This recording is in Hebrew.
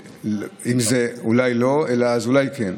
אם זה אולי לא, אלא אז אולי כן.